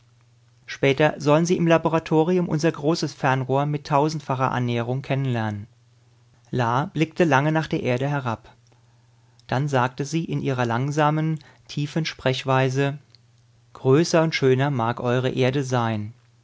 später sollen sie im laboratorium unser großes fernrohr mit tausendfacher annäherung kennenlernen la blickte lange nach der erde hinab dann sagte sie in ihrer langsamen tiefen sprechweise größer und schöner mag eure erde sein